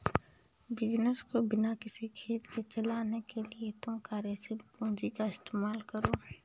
business को बिना किसी खेद के चलाने के लिए तुम कार्यशील पूंजी का इस्तेमाल करो